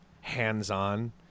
hands-on